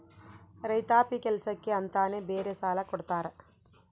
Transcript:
ರೈತಾಪಿ ಕೆಲ್ಸಕ್ಕೆ ಅಂತಾನೆ ಬೇರೆ ಸಾಲ ಕೊಡ್ತಾರ